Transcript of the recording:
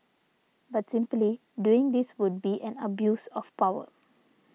but simply doing this would be an abuse of power